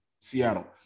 Seattle